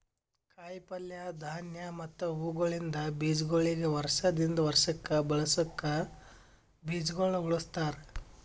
ಕಾಯಿ ಪಲ್ಯ, ಧಾನ್ಯ ಮತ್ತ ಹೂವುಗೊಳಿಂದ್ ಬೀಜಗೊಳಿಗ್ ವರ್ಷ ದಿಂದ್ ವರ್ಷಕ್ ಬಳಸುಕ್ ಬೀಜಗೊಳ್ ಉಳುಸ್ತಾರ್